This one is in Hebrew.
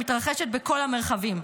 המתרחשת בכל המרחבים.